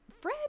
Fred